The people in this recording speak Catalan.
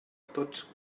tots